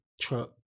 truck